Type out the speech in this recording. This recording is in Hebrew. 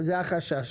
זה החשש.